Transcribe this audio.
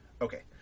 okay